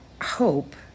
hope